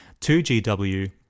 2GW